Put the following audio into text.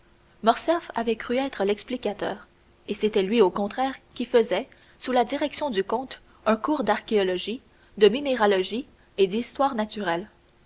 avait cru être l'explicateur et c'était lui au contraire qui faisait sous la direction du comte un cours d'archéologie de minéralogie et d'histoire naturelle